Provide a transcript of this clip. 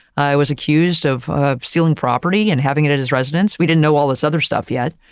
i was accused of stealing property and having it at his residence. we didn't know all this other stuff yet,